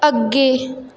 ਅੱਗੇ